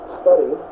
study